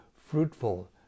fruitful